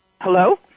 Hello